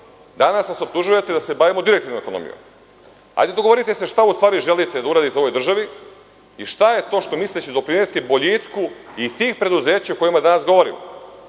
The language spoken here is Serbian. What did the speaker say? danas nas optužujete da se bavimo direktivnom ekonomijom. Hajde dogovorite se šta u stvari želite da uradite u ovoj državi i šta je to što mislite da će doprineti boljitku i tih preduzeća o kojima danas govorimo.